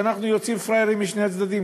שאנחנו יוצאים פראיירים משני הצדדים,